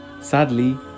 Sadly